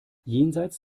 jenseits